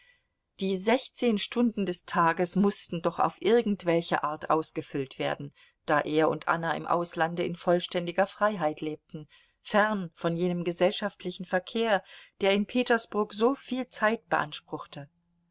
die sechzehn stunden des tages mußten doch auf irgendwelche art ausgefüllt werden da er und anna im auslande in vollständiger freiheit lebten fern von jenem gesellschaftlichen verkehr der in petersburg soviel zeit beanspruchte